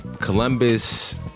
columbus